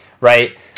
right